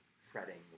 fretting